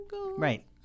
right